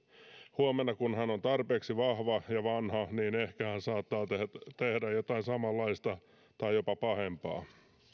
huomenna kun hän on tarpeeksi vahva ja vanha niin ehkä hän saattaa tehdä jotain samanlaista tai jopa pahempaa